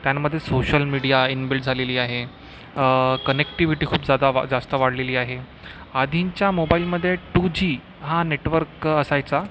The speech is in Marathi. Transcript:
त्यांमध्ये सोशल मिडिया इनबिल्ट झालेली आहे कनेक्टीव्हीटी खूप जादा जास्त वाढलेली आहे आधींच्या मोबाईलमध्ये टू जी हा नेटवर्क असायचा